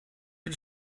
but